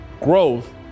Growth